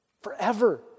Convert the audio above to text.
forever